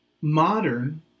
Modern